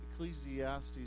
Ecclesiastes